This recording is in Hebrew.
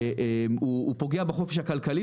והוא פוגע בחופש הכלכלי,